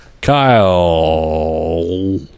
Kyle